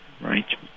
right